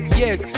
yes